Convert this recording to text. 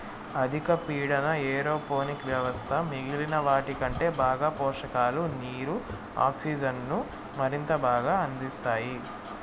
అధిక పీడన ఏరోపోనిక్ వ్యవస్థ మిగిలిన వాటికంటే బాగా పోషకాలు, నీరు, ఆక్సిజన్ను మరింత బాగా అందిస్తాయి